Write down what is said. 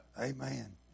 Amen